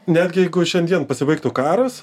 netgi jeigu šiandien pasibaigtų karas